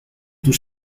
tus